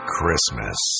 Christmas